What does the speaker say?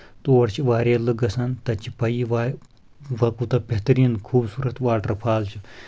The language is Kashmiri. تور چھِ واریاہ لُکھ گژھان تَتہِ چھِ پَیہِ ووٚں کوٗتاہ بہتریٖن خوٗبصوٗرت واٹر فال چھُ